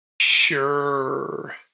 Sure